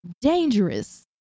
dangerous